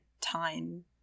time